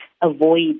avoid